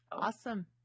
awesome